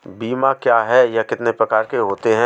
बीमा क्या है यह कितने प्रकार के होते हैं?